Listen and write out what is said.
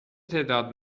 تعداد